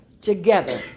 together